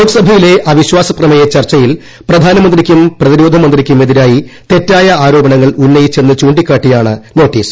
ലോകസഭയിലെ അവിശ്വാസ പ്രമേയ ചർച്ചയിൽ പ്രധാനമന്ത്രിക്കും പ്രതിരോധ മന്ത്രിക്കും എതിരായി തെറ്റായ ആരോപണങ്ങൾ ഉന്നയിച്ചെന്ന് ചൂണ്ടിക്കാട്ടിയാണ് നോട്ടീസ്